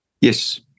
Yes